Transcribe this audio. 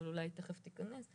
אולי היא תיכף תכנס,